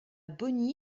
bogny